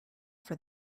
for